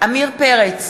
עמיר פרץ,